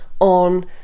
on